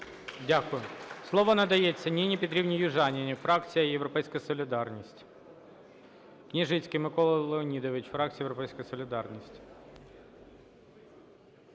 Дякую. Слово надається Ніні Петрівні Южаніній, фракція "Європейська солідарність". Княжицький Микола Леонідович, фракція "Європейська солідарність".